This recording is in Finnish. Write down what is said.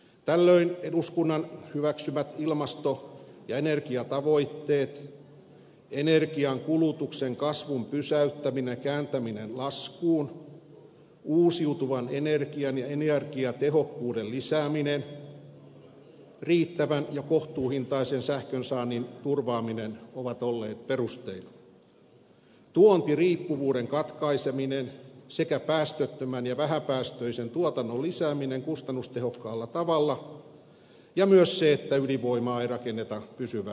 tällöin eduskunnan hyväksymät ilmasto ja energiatavoitteet energiankulutuksen kasvun pysäyttäminen ja kääntäminen laskuun uusiutuvan energian ja energiatehokkuuden lisääminen riittävän ja kohtuuhintaisen sähkönsaannin turvaaminen ovat olleet perusteina tuontiriippuvuuden katkaiseminen sekä päästöttömän ja vähäpäästöisen tuotannon lisääminen kustannustehokkaalla tavalla ja myös se että ydinvoimaa ei rakenneta pysyvää vientiä varten